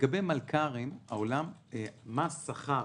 לגבי מלכ"רים מס שכר